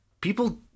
People